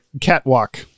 Catwalk